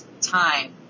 time